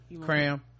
Cram